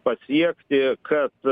pasiekti kad